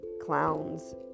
clowns